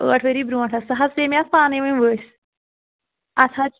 ٲٹھ ؤری برٛونٛٹھ حظ سا حظ پیٚیہِ مےٚ اَتھ پانَے وۅنۍ ؤسۍ اَتھ حظ